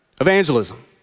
Evangelism